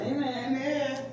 Amen